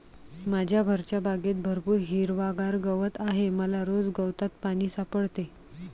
माझ्या घरच्या बागेत भरपूर हिरवागार गवत आहे मला रोज गवतात पाणी सापडते